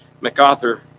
MacArthur